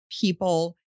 people